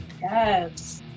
yes